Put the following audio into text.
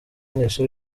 ingeso